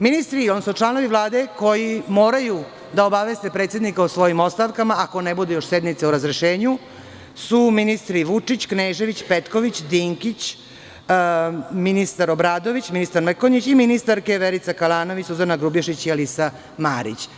Ministri, odnosno članovi Vlade koji moraju da obaveste predsednika o svojim ostavkama, ako ne bude još sednice o razrešenju, su ministri: Vučić, Knežević, Petković, Dinkić, ministar Obradović, ministar Mrkonjić i ministarke Verica Kalanović, Suzana Grubješić i Alisa Marić.